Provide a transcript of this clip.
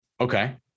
okay